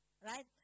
right